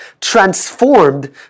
transformed